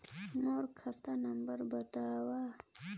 मोर खाता नम्बर बताव?